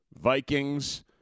Vikings